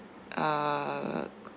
uh